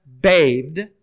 bathed